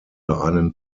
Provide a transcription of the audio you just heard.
einen